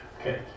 Okay